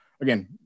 again